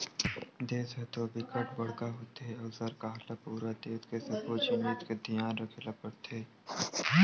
देस ह तो बिकट बड़का होथे अउ सरकार ल पूरा देस के सब्बो जिनिस के धियान राखे ल परथे